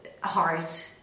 heart